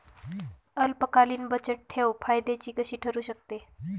अल्पकालीन बचतठेव फायद्याची कशी ठरु शकते?